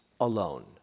alone